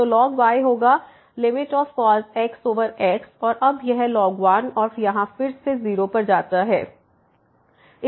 तो y होगा ln cos x x और अब यह 1 और यहाँ फिर से 0 पर जाता है